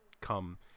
come